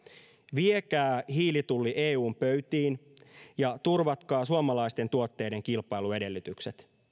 viekää hiilitulli eun pöytiin ja turvatkaa suomalaisten tuotteiden kilpailuedellytykset